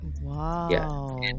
Wow